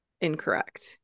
incorrect